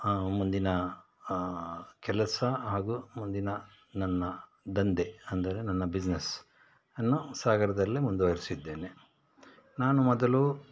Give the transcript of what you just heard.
ಮುಂದಿನ ಕೆಲಸ ಹಾಗೂ ಮುಂದಿನ ನನ್ನ ದಂಧೆ ಅಂದರೆ ನನ್ನ ಬಿಸ್ನೆಸ್ ಅನ್ನು ಸಾಗರದಲ್ಲೇ ಮುಂದುವರೆಸಿದ್ದೇನೆ ನಾನು ಮೊದಲು